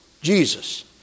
Jesus